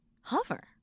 hover